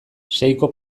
seiko